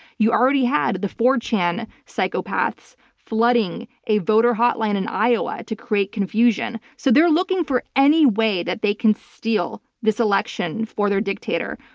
you already had the four chan psychopaths flooding a voter hotline in iowa to create confusion. so they're looking for any way that they can steal this election for their dictator.